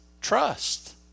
trust